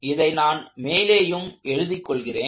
இதை நான் மேலேயும் எழுதிக் கொள்கிறேன்